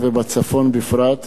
התשע"ב 2012, של חברי הכנסת